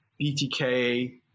BTK